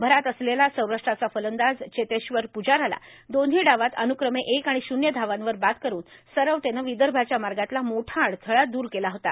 भरात असलेला सौराष्ट्रचा फलंदाज चेतेश्वर प्जाराला दोन्ही डावात अनुक्रमे एक आणि शून्य धावांवर बाद करून सरवटेनं विदर्भाच्या मार्गातला मोठा अडथळा दूर केला होता